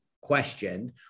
question